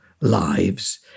lives